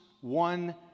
one